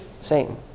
Satan